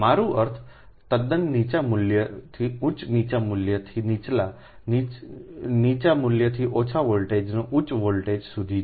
મારો અર્થ તદ્દન નીચા મૂલ્યથી ઉચ્ચ નીચા મૂલ્યથી નીચલા નીચા મૂલ્યથી ઓછા વોલ્ટેજથી ઉચ્ચ વોલ્ટેજ સુધી છે